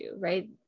right